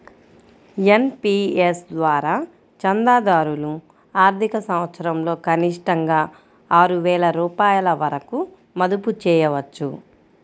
NPS ద్వారా చందాదారులు ఆర్థిక సంవత్సరంలో కనిష్టంగా ఆరు వేల రూపాయల వరకు మదుపు చేయవచ్చు